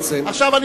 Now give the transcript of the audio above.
בעצם?